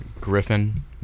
Griffin